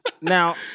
Now